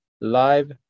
live